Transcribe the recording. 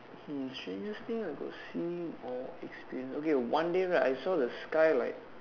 um strangest thing I got see or experience okay one day right I saw the sky like